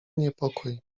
niepokój